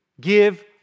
Give